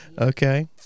Okay